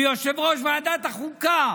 ויושב-ראש ועדת החוקה